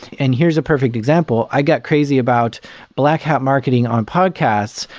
and here's a perfect example, i get crazy about black hat marketing on podcasts,